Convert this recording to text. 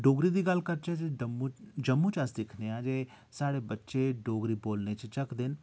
डोगरी दी गल्ल करचे ते जम्मू जम्मू च अस्स दिक्खने आं जे स्हाढ़े बच्चे डोगरी बोलने च झक्कदे न